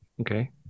Okay